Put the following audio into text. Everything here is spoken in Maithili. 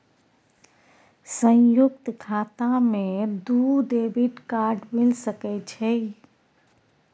संयुक्त खाता मे दू डेबिट कार्ड मिल सके छै?